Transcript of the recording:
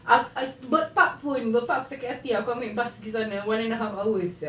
ah ask bird park pun bird park aku sakit hati aku ambil bus pergi sana one and half hour sia